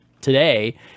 today